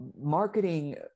marketing